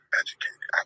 educated